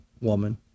woman